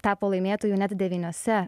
tapo laimėtoju net devyniose